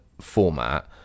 format